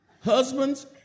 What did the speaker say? Husbands